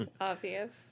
obvious